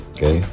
Okay